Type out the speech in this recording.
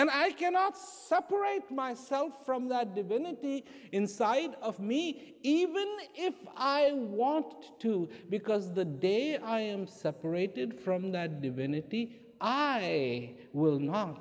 and i cannot separate myself from that divinity inside of me even if i want to because the day i am separated from that divinity i will not